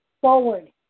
forward